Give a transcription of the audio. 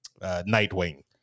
Nightwing